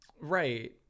right